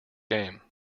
game